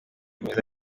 meza